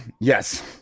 Yes